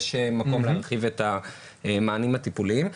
יש מקום להרחיב את המענים הטיפוליים.